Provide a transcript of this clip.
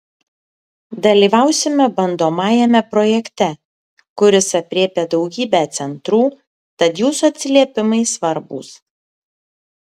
dalyvausime bandomajame projekte kuris aprėpia daugybę centrų tad jūsų atsiliepimai svarbūs